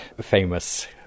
famous